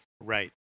Right